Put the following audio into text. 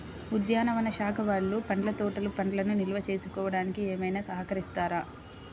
ఉద్యానవన శాఖ వాళ్ళు పండ్ల తోటలు పండ్లను నిల్వ చేసుకోవడానికి ఏమైనా సహకరిస్తారా?